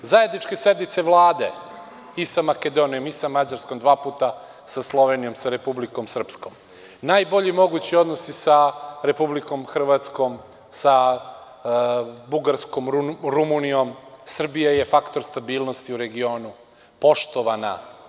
Zajedničke sednice Vlade i sa Makedonijom, sa Mađarskom dva puta, sa Slovenijom, sa Republikom Srpskom, najbolji mogući odnosi sa Republikom Hrvatskom, sa Bugarskom, Rumunijom, Srbija je faktor stabilnosti u regionu, poštovana.